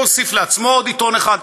הוא הוסיף לעצמו עוד עיתון אחד,